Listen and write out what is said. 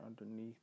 underneath